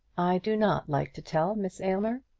i do not like to tell, miss aylmer.